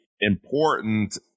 important